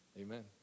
Amen